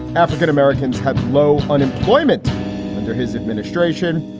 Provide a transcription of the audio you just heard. african-americans have low unemployment under his administration.